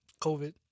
COVID